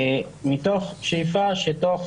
מתוך שאיפה שתוך